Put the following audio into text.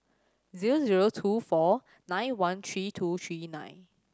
zero zero two four nine one three two three nine